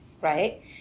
right